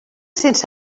sense